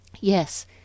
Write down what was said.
Yes